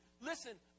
listen